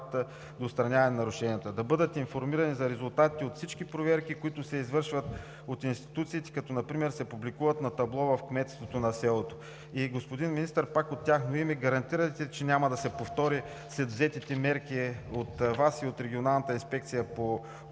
да бъдат информирани за резултатите от всички проверки, които се извършват от институциите, като например се публикуват на табло в кметството на селото. Господин Министър, пак от тяхно име: гарантирате ли, че след взетите мерки от Вас и от Регионалната инспекция по околната